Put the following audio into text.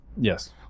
Yes